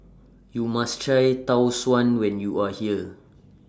YOU must Try Tau Suan when YOU Are here